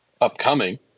upcoming